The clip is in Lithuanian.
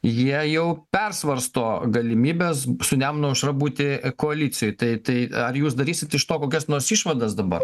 jie jau persvarsto galimybes su nemuno aušra būti koalicijoj tai tai ar jūs darysit iš to kokias nors išvadas dabar